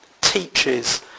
teaches